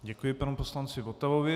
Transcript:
Děkuji panu poslanci Votavovi.